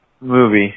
movie